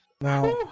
Now